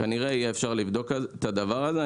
כנראה שאפשר יהיה לבדוק את הדבר הזה.